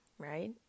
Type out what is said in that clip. right